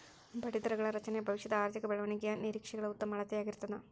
ಬಡ್ಡಿದರಗಳ ರಚನೆ ಭವಿಷ್ಯದ ಆರ್ಥಿಕ ಬೆಳವಣಿಗೆಯ ನಿರೇಕ್ಷೆಗಳ ಉತ್ತಮ ಅಳತೆಯಾಗಿರ್ತದ